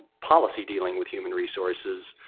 policy dealing with human resources,